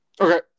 okay